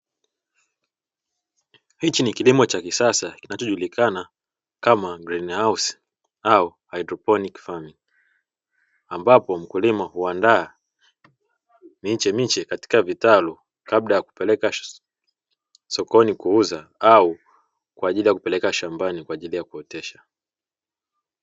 Hichii ni kilimo cha kisasa kinachojulikana kama "greenhouse " au "haidroponi farming", ambapo mkulima huandaa miche miche katika vitalu kabla ya kupeleka sokoni kuuza au kwa ajili ya kupeleka shambani kwa ajili ya kuotesha.